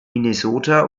minnesota